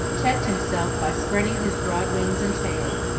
checked himself by spreading his broad wings and tail,